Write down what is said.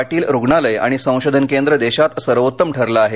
पाटील रुग्णालय आणि संशोधन केंद्र देशात सर्वोत्तम ठरलं आहे